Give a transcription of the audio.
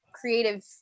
creative